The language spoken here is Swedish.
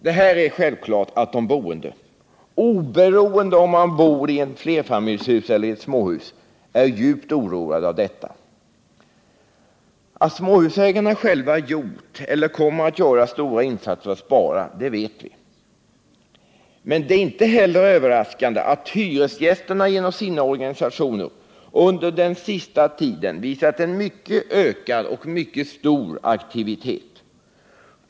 Det är självklart att de boende — oberoende av om de bor i ett flerfamiljshus eller i ett småhus — är djupt oroade över detta. Att småhusägarna gjort och kommer att göra stora insatser för att spara vet vi. Det är inte heller överraskande att hyresgästerna genom sina organisationer under den senaste tiden visat en stor och överraskande aktivitet.